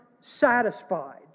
satisfied